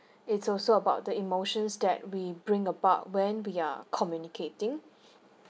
it's also about the emotions that we bring about when we are communicating